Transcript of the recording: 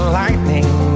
lightning